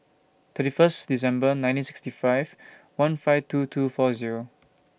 thirty First December nineteen sixty five one five two two four Zero